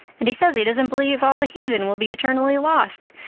and he says he doesn't believe all the heathen will be eternally lost.